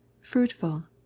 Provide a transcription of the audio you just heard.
fruitful